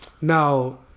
Now